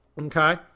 Okay